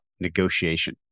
negotiation